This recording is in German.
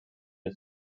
der